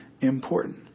important